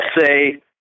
say